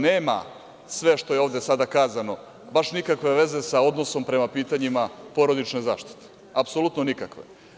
Nema sve što je ovde sada kazano baš nikakve veze sa odnosom prema pitanjima porodične zaštite, apsolutno nikakve.